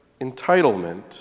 entitlement